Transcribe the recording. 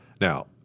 Now